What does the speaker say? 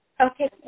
Okay